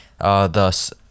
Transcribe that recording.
Thus